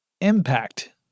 impact